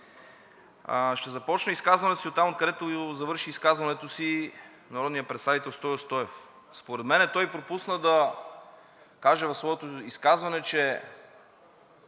Ще започна изказването си оттам, откъдето завърши изказването си народният представител Стою Стоев. Според мен той пропусна да каже в своето изказване, че